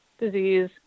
disease